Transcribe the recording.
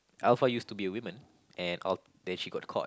Alpha used to be a woman and uh then she got caught